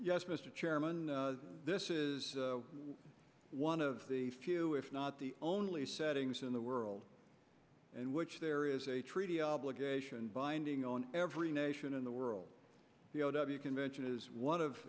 yes mr chairman this is one of the few if not the only settings in the world and which there is a treaty obligation binding on every nation in the world the o w convention is one of